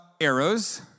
arrows